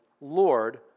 Lord